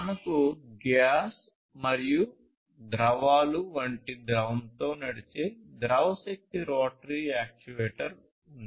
మనకు గ్యాస్ మరియు ద్రవాలు వంటి ద్రవంతో నడిచే ద్రవ శక్తి రోటరీ యాక్యుయేటర్ ఉంది